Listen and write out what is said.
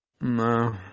No